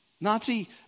Nazi